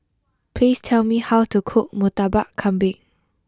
please tell me how to cook Murtabak Kambing